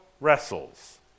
wrestles